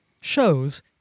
shows